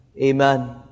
Amen